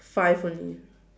five only